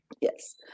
Yes